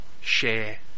Share